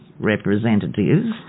representatives